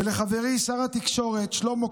ולחברי שר התקשורת שלמה קרעי,